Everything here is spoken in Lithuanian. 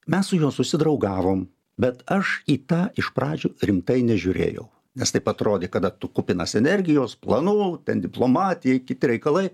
mes su juo susidraugavom bet aš į tą iš pradžių rimtai nežiūrėjau nes taip atrodė kad tu kupinas energijos planų ten diplomatijai kiti reikalai